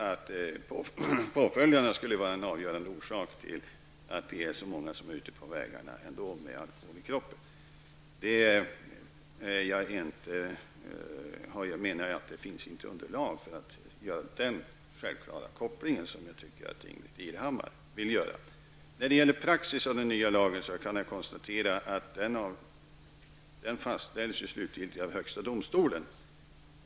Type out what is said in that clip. Det finns inte underlag för att -- som Ingbritt Irhammar gör -- göra den självklara kopplingen att påföljden skulle vara en avgörande orsak till att det är så många med alkohol i kroppen ute på vägarna. Den nya lagens praxis fastställs slutgiltigt av högsta domstolen.